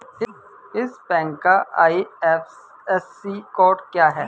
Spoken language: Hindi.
इस बैंक का आई.एफ.एस.सी कोड क्या है?